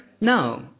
No